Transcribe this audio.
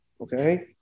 okay